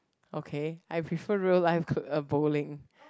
okay I prefer real life k~ uh bowling